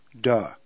duh